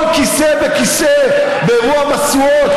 כל כיסא וכיסא באירוע המשואות,